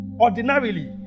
ordinarily